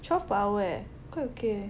twelve per hour eh quite ok eh